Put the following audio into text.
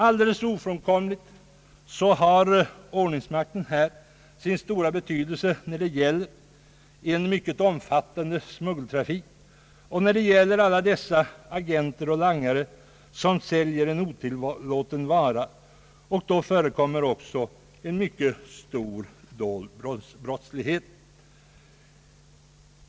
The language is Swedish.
Alldeles ofrånkomligt har ordningsmakten här sin stora betydelse när det gäller att hindra en mycket omfattande smugglingstrafik "och få fast alla agenter och langare som säljer en otillåten vara. Här förekommer också en mycket stor dold brottslighet.